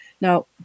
Now